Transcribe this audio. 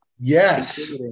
yes